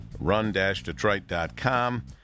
run-detroit.com